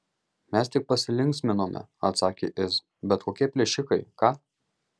mes tik pasilinksminome atsakė iz bet kokie plėšikai ką